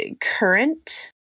current